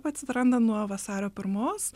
atsiranda nuo vasario pirmos